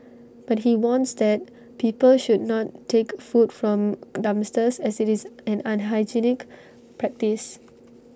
but he warns that people should not take food from dumpsters as IT is an unhygienic practice